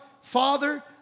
Father